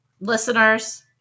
Listeners